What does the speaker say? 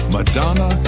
Madonna